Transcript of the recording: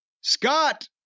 Scott